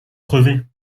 crevé